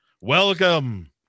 Welcome